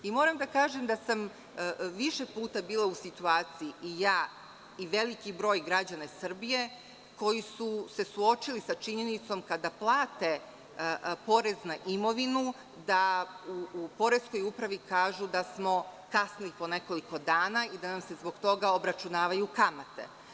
Moram da kažem da sam više puta bila u situaciji, i ja i veliki broj građana Srbije, koji su se suočili sa činjenicom da kada plate porez na imovinu, u poreskoj upravi kažu da smo kasnili po nekoliko dana i da nam se zbog toga obračunavaju kamate.